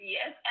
Yes